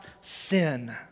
sin